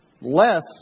less